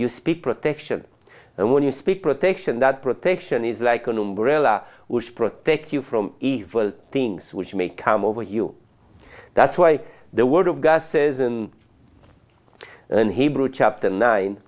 you speak protection and when you speak protection that protection is like an umbrella which protects you from evil things which may come over you that's why the word of god says and then hebrews chapter nine